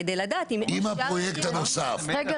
כדי לדעת אם --- אם הפרויקט הנוסף יהיה --- רגע,